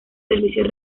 servicios